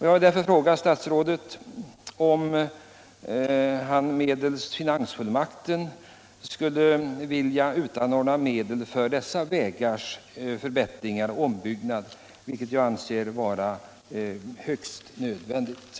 Jag vill därför fråga statsrådet om han medelst finansfullmakten skulle vilja utanordna medel för dessa vägars förbättring och ombyggnad, vilket jag anser högst angeläget.